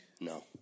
No